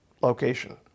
location